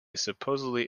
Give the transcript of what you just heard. supposedly